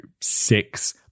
six